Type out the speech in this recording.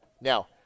now